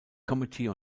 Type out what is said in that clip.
committee